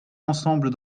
ensemble